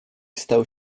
stał